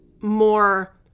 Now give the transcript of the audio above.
more